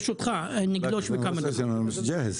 ברשותך, נגלוש מכמה דקות.